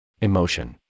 emotion